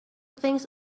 things